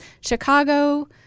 Chicago